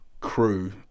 crew